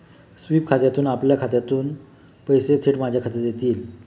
sweep खात्यातून आपल्या खात्यातून पैसे थेट माझ्या खात्यात येतील